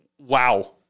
wow